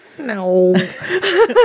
no